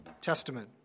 Testament